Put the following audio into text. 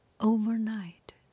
Overnight